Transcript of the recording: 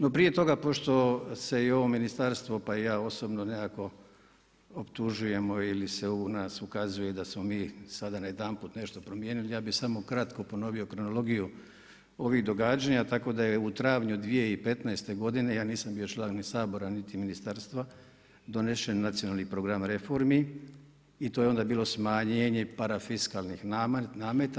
No prije toga, pošto se i ovo ministarstva, pa i ja osobne nekako optužujemo ili se u nas ukazuje da smo mi sada najedanput nešto promijenili, ja bi samo kratko ponovio kronologiju ovih događanja, tako da je u travnju 2015. godine, ja nisam bio član ni Sabora, niti ministarstva, donesen nacionalni program reformi i to je onda bilo smanjenje parafiskalnih nameta.